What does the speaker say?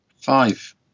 Five